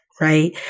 Right